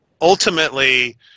ultimately